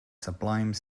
sublime